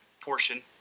portion